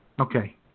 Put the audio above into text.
Okay